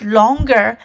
longer